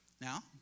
Now